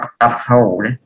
uphold